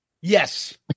Yes